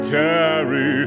carry